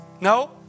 No